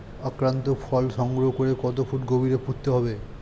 আক্রান্ত ফল সংগ্রহ করে কত ফুট গভীরে পুঁততে হবে?